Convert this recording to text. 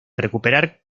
recuperar